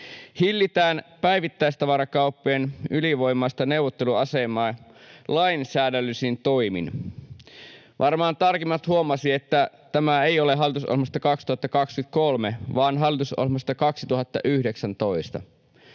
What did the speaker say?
”Hillitään päivittäistavarakauppojen ylivoimaista neuvotteluasemaa lainsäädännöllisin toimin.” Varmaan tarkimmat huomasivat, että tämä ei ole hallitusohjelmasta 2023 vaan hallitusohjelmasta 2019.